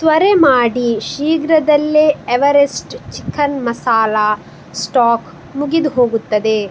ತ್ವರೆ ಮಾಡಿ ಶೀಘ್ರದಲ್ಲೇ ಎವರೆಸ್ಟ್ ಚಿಕನ್ ಮಸಾಲಾ ಸ್ಟಾಕ್ ಮುಗಿದುಹೋಗುತ್ತದೆ